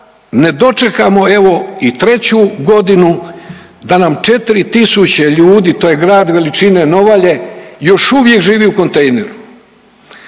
ne dočekamo evo i treću godinu da nam 4 tisuće ljudi to je grad veličine Novalje još uvijek živi u kontejneru.